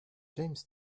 james